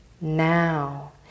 now